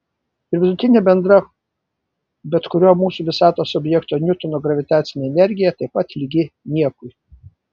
ir vidutinė bendra bet kurio mūsų visatos objekto niutono gravitacinė energija taip pat lygi niekui